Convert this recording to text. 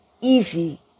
easy